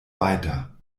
weiter